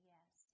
Yes